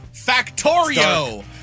Factorio